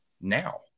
now